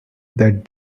that